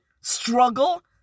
struggle